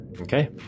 Okay